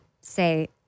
say